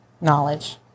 knowledge